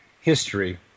history